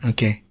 Okay